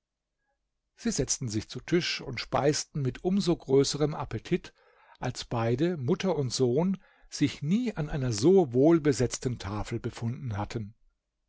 sie setzten sich zu tisch und speisten mit um so größerem appetit als beide mutter und sohn sich nie an einer so wohlbesetzten tafel befunden hatten